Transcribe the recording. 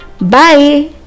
bye